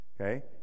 okay